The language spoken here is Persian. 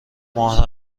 ماه